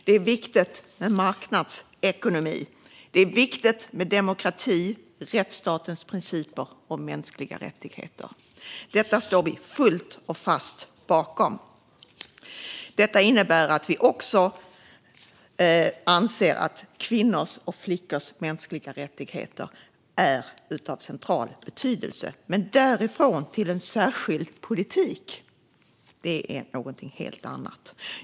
Det är viktigt med marknadsekonomi. Det är viktigt med demokrati, rättsstatens principer och mänskliga rättigheter. Detta står vi fullt och fast bakom. Vidare innebär detta att vi också anser att kvinnors och flickors mänskliga rättigheter är av central betydelse. Men därifrån till en särskild politik är något helt annat.